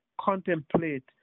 contemplate